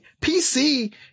PC